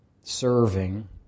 serving